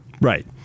Right